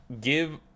give